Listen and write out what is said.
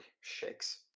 Shakes